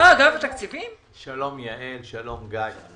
שלום יעל, שלום גיא.